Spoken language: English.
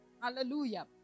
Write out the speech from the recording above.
Hallelujah